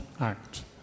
act